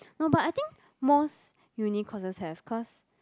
no but I think most uni courses have cause